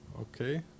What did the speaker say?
okay